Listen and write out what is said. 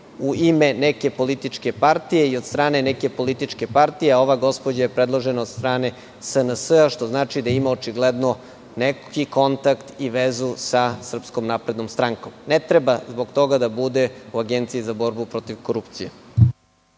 u ime neke političke partije i od strane neke političke partije, a ova gospođa je predložena od strane SNS-a, što znači da ima očigledno neki kontakt i vezu sa SNS. Ne treba zbog toga da bude u Agenciji za borbu protiv korupcije.